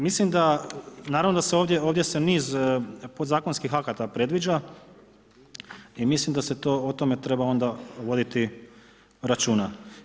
Mislim da, naravno da se ovdje, ovdje se niz podzakonskih akata predviđa i mislim da se o tome treba onda voditi računa.